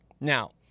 Now